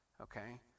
okay